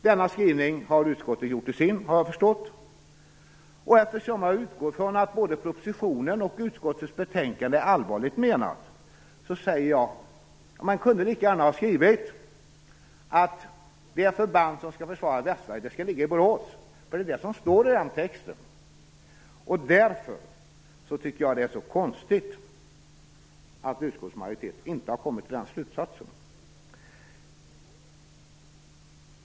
Denna skrivning har utskottet gjort till sin, har jag förstått, och eftersom jag utgår från att både propositionen och utskottets betänkande är allvarligt menat, tycker jag att man lika gärna kunde ha skrivit att det förband som skall försvara Västsverige skall ligga i Borås. Det är ju vad som står i texten. Därför tycker jag att det är konstigt att utskottsmajoriteten inte har kommit till den slutsatsen.